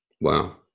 wow